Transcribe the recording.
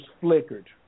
flickered